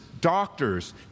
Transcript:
doctors